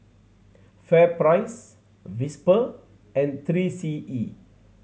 FairPrice Whisper and Three C E